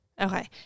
Okay